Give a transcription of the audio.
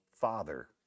father